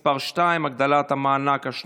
צ'רנוביל (תיקון מס' 2) (הגדלת המענק השנתי),